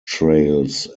trails